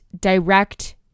direct